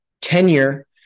tenure